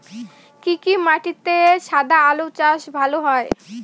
কি কি মাটিতে সাদা আলু চাষ ভালো হয়?